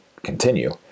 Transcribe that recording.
continue